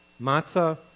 matzah